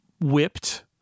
whipped